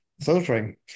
filtering